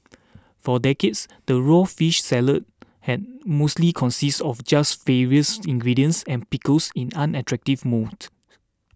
for decades the raw fish salad had mostly consisted of just ingredients and pickles in unattractive mounds